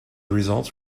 results